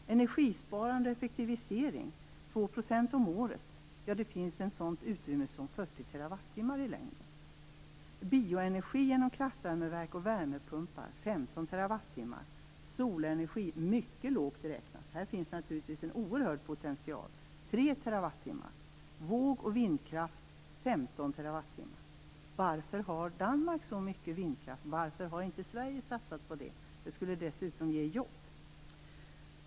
Energisparande effektivisering med 2 % om året ger utrymme för 40 TWh i längden. Bioenergi genom kraftvärmeverk och värmepumpar kan ge 15 TWh. Solenergi kan, mycket lågt räknat - här finns naturligtvis en oerhörd potential - ge 3 TWh. Våg och vindkraft kan ge 15 TWh. Varför har Danmark så mycket vindkraft? Varför har Sverige inte satsat på det? Det skulle dessutom ge jobb.